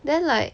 then like